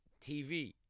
TV